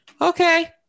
okay